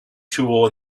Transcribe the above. tool